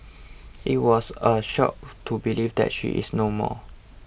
it was a shock to believe that she is no more